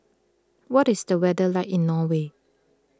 what is the weather like in Norway